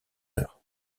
heures